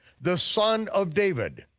the son of david,